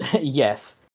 Yes